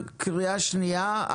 קריאה שנייה,